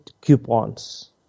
coupons